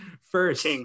first